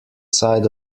side